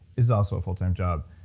it's also a full-time job.